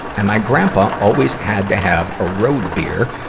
and my grandpa always had to have a road beer,